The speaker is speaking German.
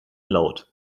laut